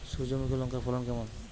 সূর্যমুখী লঙ্কার ফলন কেমন?